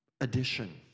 addition